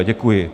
Děkuji.